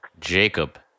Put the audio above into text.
Jacob